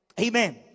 Amen